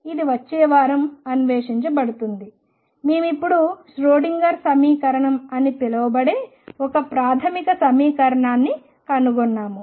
ఇది వచ్చే వారం అన్వేషించబడుతుంది మేము ఇప్పుడు ష్రోడింగర్ సమీకరణం అని పిలువబడే ఒక ప్రాథమిక సమీకరణాన్ని కనుగొన్నాము